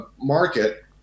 market